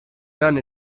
done